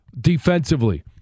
defensively